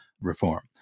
reform